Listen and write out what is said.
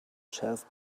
shelf